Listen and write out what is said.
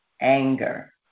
anger